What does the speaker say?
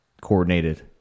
coordinated